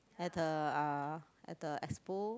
at the uh at the Expo